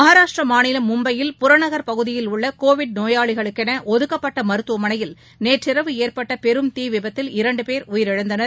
மகாராஷ்ட்ரா மாநிலம் மும்பையில் புறநகர் பகுதியிலுள்ள கோவிட் நோயாளிகளுக்கென ஒதுக்கப்பட்ட மருத்துவமனையில் நேற்றிரவு ஏற்பட்ட பெரும் தீவிபத்தில் இரண்டு பேர் உயிரிழந்தனர்